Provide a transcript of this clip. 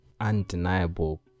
undeniable